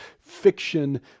fiction